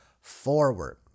forward